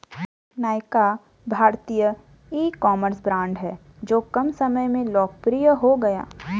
नायका भारतीय ecommerce brand हैं जो कम समय में लोकप्रिय हो गया